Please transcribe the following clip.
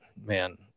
man